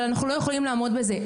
אבל אנחנו עדיין לא יכולים לעמוד בזה.